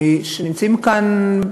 שנמצאים כאן,